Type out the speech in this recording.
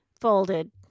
folded